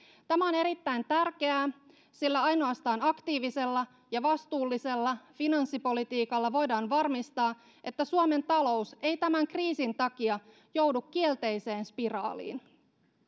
tämä on erittäin tärkeää sillä ainoastaan aktiivisella ja vastuullisella finanssipolitiikalla voidaan varmistaa että suomen talous ei tämän kriisin takia joudu kielteiseen spiraaliin